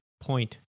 point